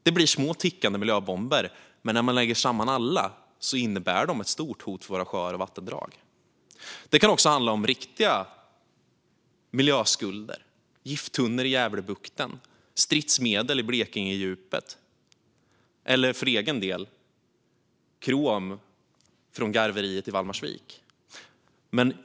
Detta är små tickande miljöbomber, men när man lägger samman alla innebär de ett stort hot för våra sjöar och vattendrag. Det kan också handla om riktiga miljöskulder som gifttunnor i Gävlebukten, stridsmedel i Blekingedjupet eller krom från garveriet i Valdemarsvik, där jag själv kommer från.